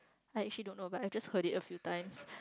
I actually don't know but I've just heard it a few times